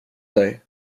dig